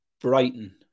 Brighton